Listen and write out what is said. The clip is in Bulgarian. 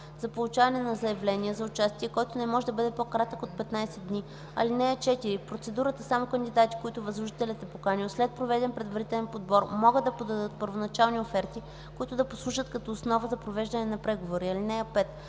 за получаване на заявления за участие, който не може да бъде по-кратък от 15 дни. (4) В процедурата само кандидати, които възложителят е поканил след проведен предварителен подбор могат да подадат първоначални оферти, които да послужат като основа за провеждане на преговори. (5)